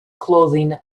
clothing